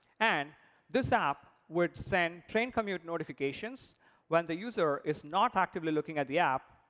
and this app would send train commute notifications when the user is not actively looking at the app,